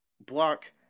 block